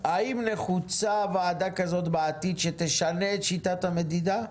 האם נחוצה ועדה כזו בעתיד שתשנה את שיטת המדידה?